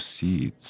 seeds